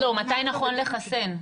לא, מתי נכון לחסן?